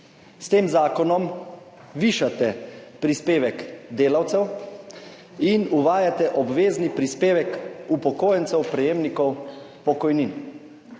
S tem zakonom višate prispevek delavcev in uvajate obvezni prispevek upokojencev, prejemnikov pokojnin.